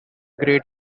great